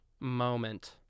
moment